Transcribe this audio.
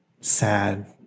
sad